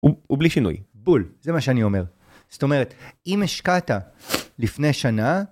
הוא בלי שינוי, בול, זה מה שאני אומר, זאת אומרת אם השקעת לפני שנה